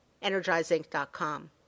energizeinc.com